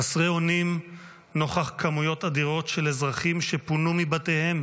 חסרי אונים נוכח כמויות אדירות של אזרחים שפונו מבתיהם